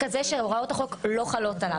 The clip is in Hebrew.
הוא מוגדר ככזה שהוראות החוק לא חלות עליו.